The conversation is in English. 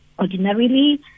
ordinarily